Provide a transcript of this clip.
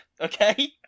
okay